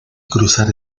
cruzar